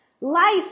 life